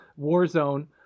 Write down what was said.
Warzone